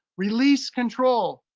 release control.